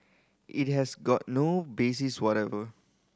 it has got no basis whatever